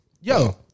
yo